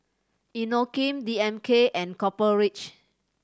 Inokim D M K and Copper Ridge